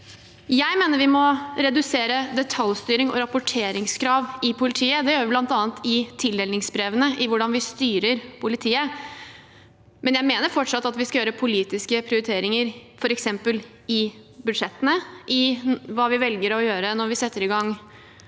Jeg mener vi må redusere detaljstyring og rapporteringskrav i politiet. Det gjør vi bl.a. i tildelingsbrevene, i hvordan vi styrer politiet, men jeg mener fortsatt at vi skal gjøre politiske prioriteringer, f.eks. i budsjettene, i hva vi velger å gjøre når vi setter i gang